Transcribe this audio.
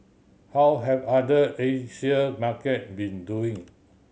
how have other Asian market been doing